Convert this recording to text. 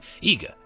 eager